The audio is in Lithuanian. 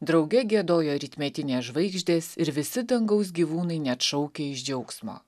drauge giedojo rytmetinės žvaigždės ir visi dangaus gyvūnai neatšaukia iš džiaugsmo